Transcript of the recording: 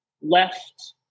left